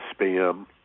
spam